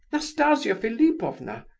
nastasia philipovna,